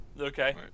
Okay